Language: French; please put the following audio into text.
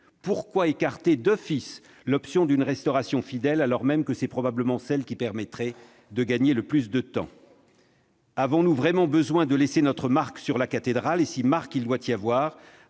pourquoi écarter d'office l'option d'une restauration fidèle, alors même que c'est probablement celle qui permettrait de gagner le plus de temps ? C'est vrai ! Avons-nous vraiment besoin de laisser notre marque sur la cathédrale ? Si marque il doit y avoir,